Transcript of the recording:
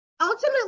Ultimately